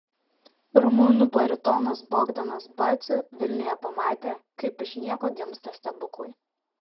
rumunų baritonas bogdanas baciu vilniuje pamatė kaip iš nieko gimsta stebuklai